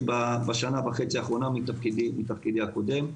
בשנה וחצי האחרונות מתפקידי הקודם,